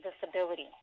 disability